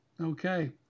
Okay